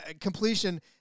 completion